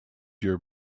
your